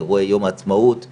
אירועי יום עצמאות,